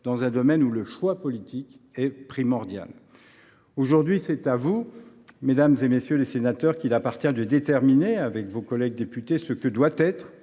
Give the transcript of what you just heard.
dans un domaine où le choix politique est primordial. En effet, c’est à vous, mesdames, messieurs les sénateurs, qu’il appartient de déterminer, avec vos collègues députés, ce que doit être